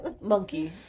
Monkey